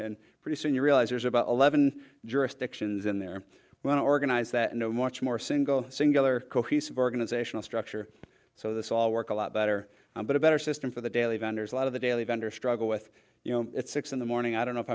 and pretty soon you realize there's about eleven jurisdictions in there when organized that know much more single singular cohesive organizational structure so this all work a lot better but a better system for the daily vendors a lot of the daily vendor struggle with you know six in the morning i don't know if